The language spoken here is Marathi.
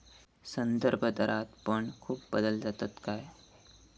संदर्भदरात पण खूप बदल जातत काय?